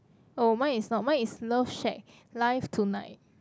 oh mine is not mine is love shack live tonight